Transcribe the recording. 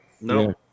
No